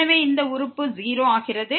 எனவே இந்த உறுப்பு 0 ஆகிறது